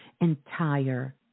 entire